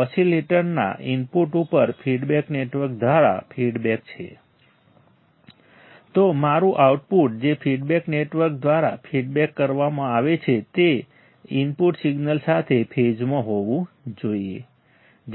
ઓસિલેટરના input ઉપર feedback network દ્વારા feedback છે તો મારું આઉટપુટ જે ફીડબેક નેટવર્ક દ્વારા ફીડબેક કરવામાં આવે છે તે ઇનપુટ સિગ્નલ સાથે ફેઝમાં હોવું જોઈએ